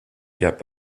get